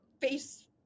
face